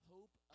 Hope